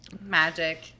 magic